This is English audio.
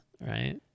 right